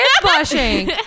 blushing